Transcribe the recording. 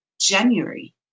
January